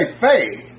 faith